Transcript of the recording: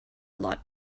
lot